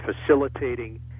facilitating